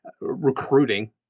recruiting